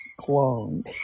cloned